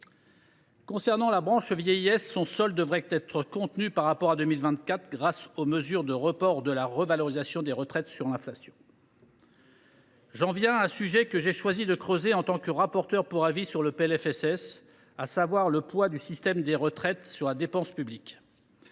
solde de la branche vieillesse devrait être contenu par rapport à 2024 grâce aux mesures de report de la revalorisation des retraites à hauteur de l’inflation. J’en viens au sujet que j’ai choisi d’approfondir en tant que rapporteur pour avis sur le PLFSS, à savoir le poids du système des retraites sur la dépense publique.